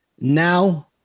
Now